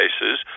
cases